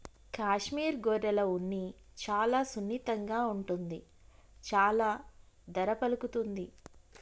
కాశ్మీర్ గొర్రెల ఉన్ని చాలా సున్నితంగా ఉంటుంది చాలా ధర పలుకుతుంది